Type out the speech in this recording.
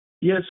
Yes